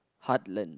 heartland